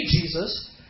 Jesus